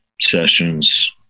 sessions